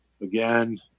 Again